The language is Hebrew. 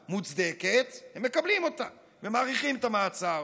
מוצדקת הם מקבלים אותה ומאריכים את המעצר,